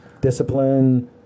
Discipline